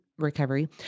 Recovery